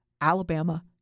Alabama